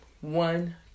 one